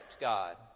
God